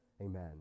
amen